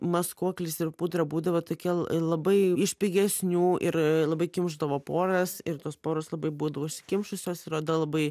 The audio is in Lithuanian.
maskuoklis ir pudra būdavo tokie labai iš pigesnių ir labai kimšdavo poras ir tos poros labai buvo užsikimšusios ir oda labai